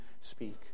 speak